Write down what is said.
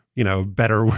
you know, better,